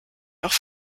doch